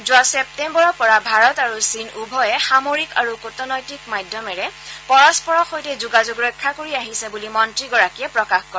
যোৱা ছেপ্তেম্বৰৰ পৰা ভাৰত আৰু চীন উভয়ে সামৰিক আৰু কূটনৈতিক মাধ্যমেৰে পৰস্পৰৰ সৈতে যোগাযোগ ৰক্ষা কৰি আহিছে বুলি মন্ত্ৰীগৰাকীয়ে প্ৰকাশ কৰে